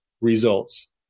results